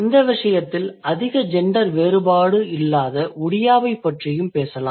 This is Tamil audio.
இந்த விஷயத்தில் அதிக ஜெண்டர் வேறுபாடு இல்லாத ஒடியாவைப் பற்றியும் பேசலாம்